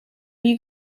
you